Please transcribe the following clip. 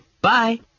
Bye